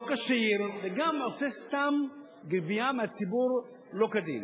לא כשיר, וגם סתם גבייה מהציבור לא כדין.